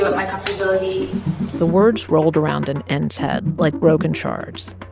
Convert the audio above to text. my comfortability the words rolled around in n's head like broken shards.